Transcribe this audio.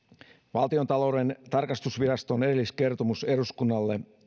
valtiontalouden tarkastusviraston erilliskertomus eduskunnalle